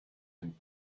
dem